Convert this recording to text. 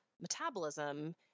metabolism